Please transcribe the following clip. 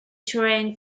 train